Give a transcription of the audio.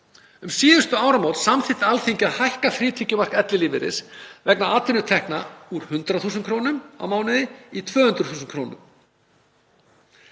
Um síðustu áramót samþykkti Alþingi að hækka frítekjumark ellilífeyris vegna atvinnutekna úr 100.000 kr. á mánuði í 200.000 kr.